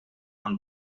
għall